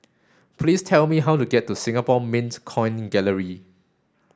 please tell me how to get to Singapore Mint Coin Gallery